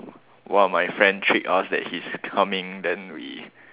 one of my friend trick us that he's coming then we